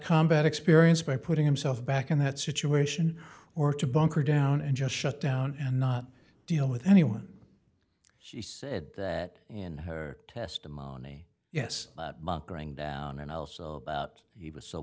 combat experience by putting himself back in that situation or to bunker down and just shut down and not deal with anyone she said that in her testimony yes going down and also he was so